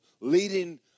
leading